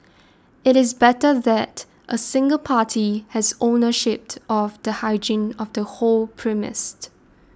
it is better that a single party has ownership of the hygiene of the whole premised